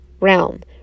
realm